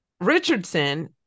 Richardson